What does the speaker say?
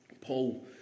Paul